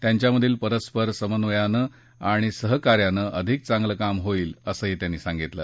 त्यांच्यामधील परस्पर समन्वयाने आणि सहकार्यानं अधिक चांगलं काम होईल असंही त्यांनी सांगितलं